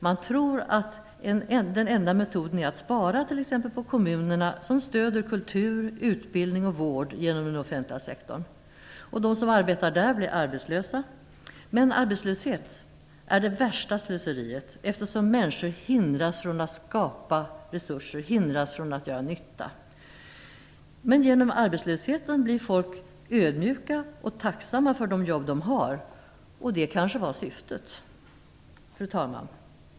Man tror att den enda metoden är att spara, t.ex. på kommunerna som stöder kultur, utbildning och vård genom den offentliga sektorn. De som arbetar där blir arbetslösa. Arbetslöshet är det värsta slöseriet, eftersom den hindrar människor från att skapa resurser, från att göra nytta. Men genom arbetslösheten blir folk ödmjuka och tacksamma för de jobb de har. Det kanske var syftet. Fru talman!